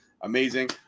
amazing